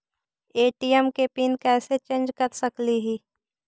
ATM के PIN कैसे change कर सकली ही?